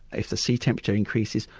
if the sea temperature increases,